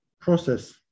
process